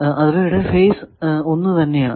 അവയുടെ ഫേസ് ഒന്ന് തന്നെ ആണ്